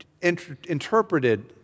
interpreted